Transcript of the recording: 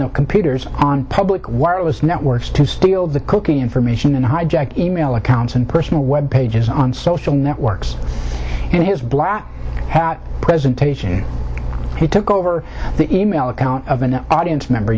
the computers on public wireless networks to steal the cooking information and hijack email accounts and personal web pages on social networks in his black hat presentation he took over the e mail account of an audience member